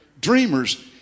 Dreamers